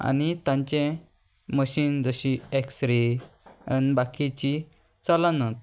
आनी तांचे मशीन जशी एक्सरे आनी बाकीची चलनात